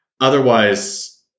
otherwise